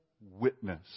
witness